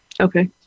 Okay